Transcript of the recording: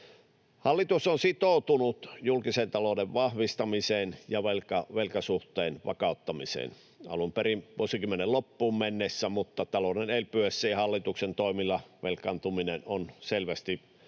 Hallitus on sitoutunut julkisen talouden vahvistamiseen ja velkasuhteen vakauttamiseen alun perin vuosikymmenen loppuun mennessä, mutta talouden elpyessä ja hallituksen toimilla velkaantuminen on selvästi hidastumassa